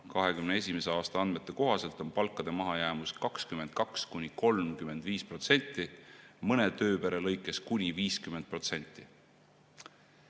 2021. aasta andmete kohaselt on palkade mahajäämus 22–35%, mõne tööpere lõikes kuni 50%.